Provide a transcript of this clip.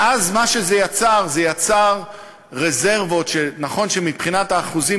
ואז זה יצר רזרבות שנכון שמבחינת האחוזים,